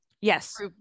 Yes